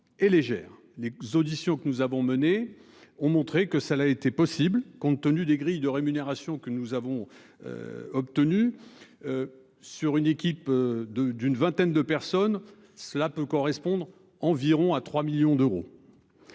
Les auditions que nous avons menées ont montré que ça l'a été possible compte tenu des grilles de rémunération que nous avons. Obtenues. Sur une équipe de d'une vingtaine de personnes, cela peut correspondre environ à 3 millions d'euros.